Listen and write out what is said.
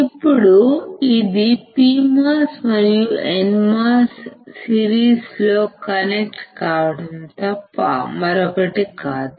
ఇప్పుడు ఇది PMOS మరియు NMOS సిరీస్లో కనెక్ట్ కావడం తప్ప మరొకటి కాదు